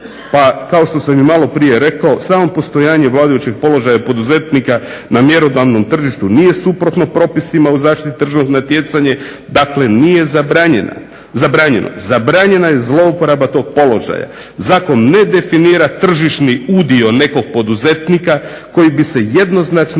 pa kao što sam i malo prije rekao samo postojanje vladajućeg položaja poduzetnika na mjerodavnom tržištu nije suprotno propisima u zaštiti tržišnog natjecanja dakle nije zabranjeno. Zabranjena je zlouporaba tog položaja. Zakon ne definira tržišni udio nekog poduzetnika koji bi se jednoznačno